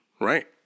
right